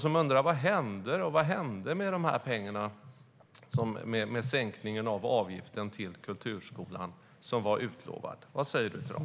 De undrar vad som hände och händer med dessa pengar och den utlovade sänkningen av avgiften till kulturskolan. Vad säger du till dem?